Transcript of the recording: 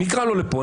נקרא לו לפה.